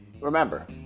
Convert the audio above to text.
remember